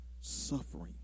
suffering